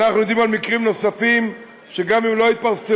אנחנו יודעים על מקרים נוספים שגם אם לא התפרסמו,